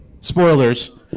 Spoilers